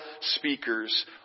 speakers